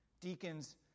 Deacons